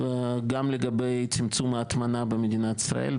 גם לגביי צמצום ההטמנה במדינת ישראל,